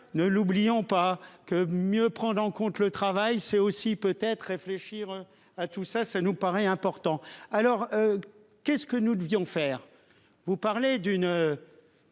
ne l'oublions pas que mieux prendre en compte le travail c'est aussi peut-être réfléchir à tout ça, ça nous paraît important alors. Qu'est-ce que nous devions faire. Vous parlez d'une.